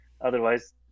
otherwise